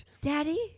Daddy